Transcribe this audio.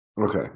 Okay